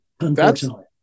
unfortunately